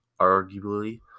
arguably